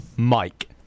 Mike